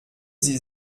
sie